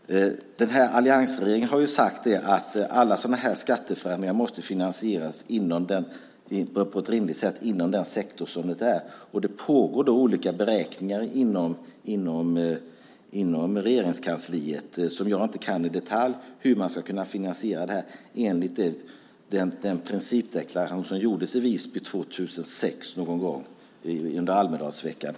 Alliansregeringen har sagt att alla skatteförändringar måste finansieras på ett rimligt sätt inom den sektor som de görs. Det pågår olika beräkningar inom Regeringskansliet, som jag inte kan i detalj, av hur man ska kunna finansiera det här enligt den principdeklaration som gjordes i Visby 2006 under Almedalsveckan.